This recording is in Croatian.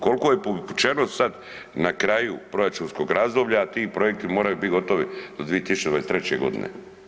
Koliko je povučeno sad na kraju proračunskog razdoblja, a ti projekti moraju biti gotovi do 2023.g.